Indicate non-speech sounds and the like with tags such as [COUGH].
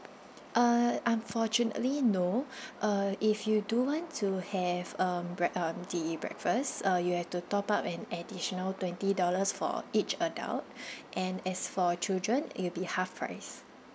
uh unfortunately no [BREATH] uh if you do want to have um break um the breakfast uh you have to top up an additional twenty dollars for each adult [BREATH] and as for children it'll be half price